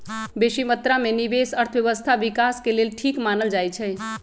बेशी मत्रा में निवेश अर्थव्यवस्था विकास के लेल ठीक मानल जाइ छइ